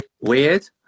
Weird